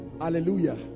Hallelujah